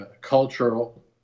cultural